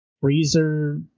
freezer